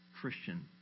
Christian